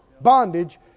Bondage